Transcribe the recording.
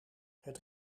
het